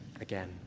again